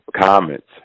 comments